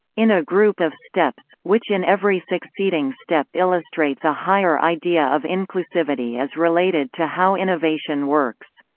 in a group of steps, which in every succeeding step illustrates a higher idea of inclusivity as related to how innovation works.